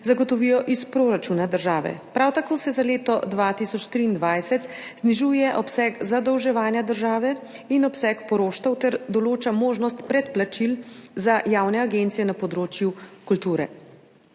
zagotovijo iz proračuna države. Prav tako se za leto 2023 znižuje obseg zadolževanja države in obseg poroštev ter določa možnost predplačil za javne agencije na področju kulture.